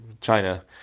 China